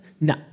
No